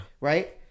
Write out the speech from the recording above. Right